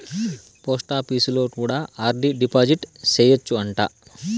పోస్టాపీసులో కూడా RD deposit సేయచ్చు అంట